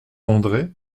andré